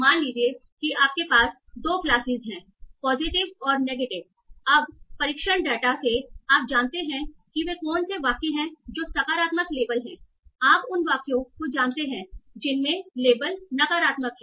मान लीजिए कि आपके पास 2 क्लासेस हैं पॉजिटिव और नेगेटिव अब प्रशिक्षण डेटा से आप जानते हैं कि वे कौन से वाक्य हैं जो सकारात्मक लेबल हैं आप उन वाक्यों को जानते हैं जिनमें लेबल नकारात्मक है